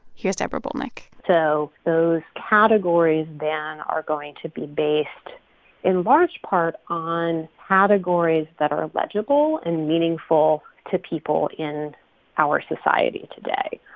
here's deborah bolnick so those categories then are going to be based in large part on categories that are legible and meaningful to people in our society today.